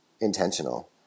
intentional